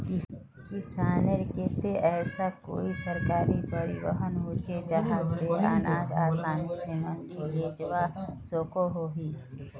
किसानेर केते ऐसा कोई सरकारी परिवहन होचे जहा से अनाज आसानी से मंडी लेजवा सकोहो ही?